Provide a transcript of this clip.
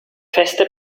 festa